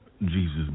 Jesus